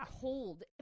cold